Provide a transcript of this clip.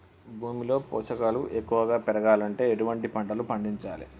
భూమిలో పోషకాలు ఎక్కువగా పెరగాలంటే ఎటువంటి పంటలు పండించాలే?